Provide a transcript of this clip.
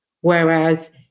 Whereas